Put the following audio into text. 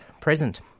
present